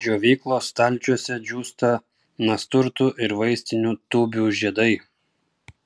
džiovyklos stalčiuose džiūsta nasturtų ir vaistinių tūbių žiedai